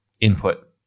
input